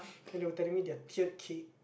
and they were telling me their tiered cake